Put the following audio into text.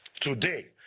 today